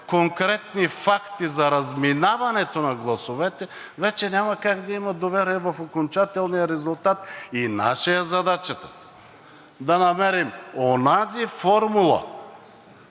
конкретни факти за разминаването на гласовете, вече няма как да има доверие в окончателния резултат! Наша е задачата да намерим онази формула